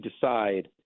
decide